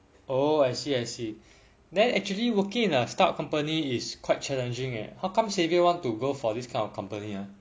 oh I see I see then actually working in a start up company is quite challenging eh how come so xaiver want to go for this kind of company ah